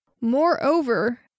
Moreover